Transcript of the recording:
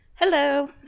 Hello